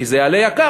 כי זה יהיה יקר,